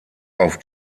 auf